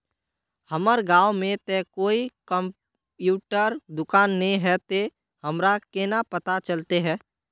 हमर गाँव में ते कोई कंप्यूटर दुकान ने है ते हमरा केना पता चलते है?